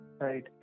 right